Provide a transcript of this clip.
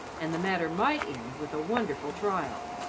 and the matter might end with a wonderful trial.